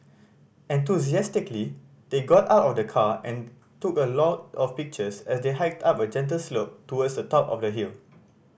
enthusiastically they got out of the car and took a lot of pictures as they hiked up a gentle slope towards the top of the hill